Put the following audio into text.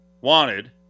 wanted